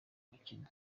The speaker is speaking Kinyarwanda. umukene